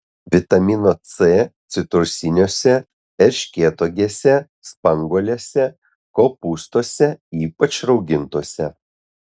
vitamino c citrusiniuose erškėtuogėse spanguolėse kopūstuose ypač raugintuose